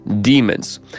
demons